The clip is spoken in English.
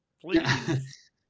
please